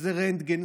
איזה רנטגן,